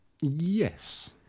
Yes